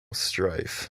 strife